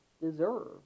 deserve